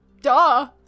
Duh